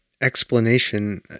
explanation